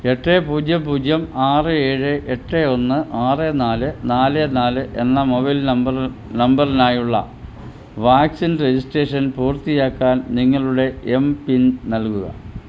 എട്ട് പൂജ്യം പൂജ്യം ആറ് ഏഴ് എട്ട് ഒന്ന് ആറ് നാല് നാല് നാല് എന്ന മൊബൈൽ നമ്പർ നമ്പറിനായുള്ള വാക്സിൻ രജിസ്ട്രേഷൻ പൂർത്തിയാക്കാൻ നിങ്ങളുടെ എം പിൻ നൽകുക